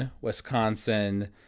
Wisconsin